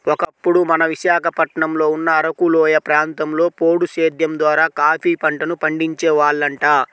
ఒకప్పుడు మన విశాఖపట్నంలో ఉన్న అరకులోయ ప్రాంతంలో పోడు సేద్దెం ద్వారా కాపీ పంటను పండించే వాళ్లంట